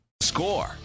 Score